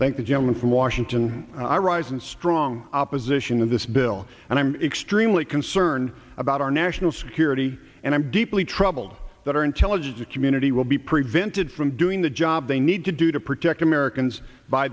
thank the gentleman from washington i rise in strong opposition to this bill and i'm extremely concerned about our national security and i'm deeply troubled that our intelligence community will be prevented from doing the job they need to do to protect americans by